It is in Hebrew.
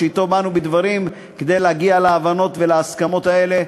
שאתו באנו בדברים כדי להגיע להבנות ולהסכמות האלה.